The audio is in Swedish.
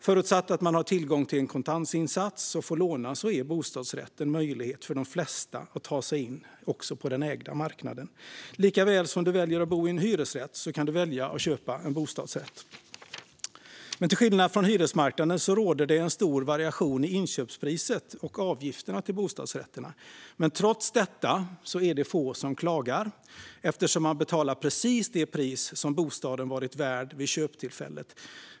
Förutsatt att man har tillgång till kontantinsats och får låna är bostadsrätten en möjlighet för de flesta att ta sig in på den ägda marknaden. Likaväl som att man väljer att bo i en hyresrätt kan man välja att köpa en bostadsrätt. Till skillnad från på hyresmarknaden råder det i fråga om bostadsrätterna stor variation vad gäller inköpspris och avgift. Trots det är det få som klagar, eftersom man har betalat precis det pris som bostaden varit värd vid köptillfället.